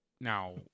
now